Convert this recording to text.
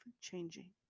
changing